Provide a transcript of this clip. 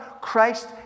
Christ